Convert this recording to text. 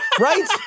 Right